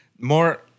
More